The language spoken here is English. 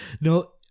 No